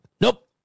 nope